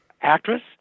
actress